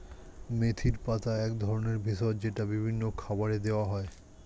মেথির পাতা এক ধরনের ভেষজ যেটা বিভিন্ন খাবারে দেওয়া হয়